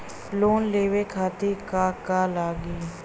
Loan लेवे खातीर का का लगी?